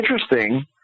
interesting